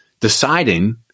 deciding